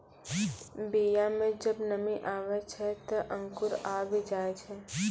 बीया म जब नमी आवै छै, त अंकुर आवि जाय छै